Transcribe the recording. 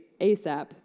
ASAP